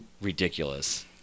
ridiculous